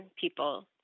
people